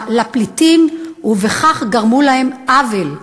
ובכך גרמו להם עוול.